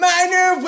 Minor